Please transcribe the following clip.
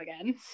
again